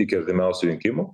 iki artimiausių rinkimų